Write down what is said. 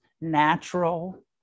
Natural